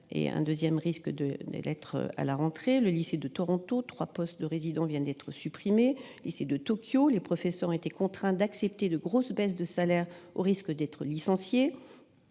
et un second risque de l'être à la rentrée prochaine. Au lycée de Toronto, trois postes de résident viennent d'être supprimés. Au lycée de Tokyo, les professeurs ont été contraints d'accepter de fortes baisses de salaire au risque d'être licenciés.